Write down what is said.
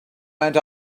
went